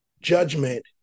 judgment